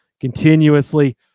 continuously